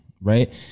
right